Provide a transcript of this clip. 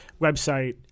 website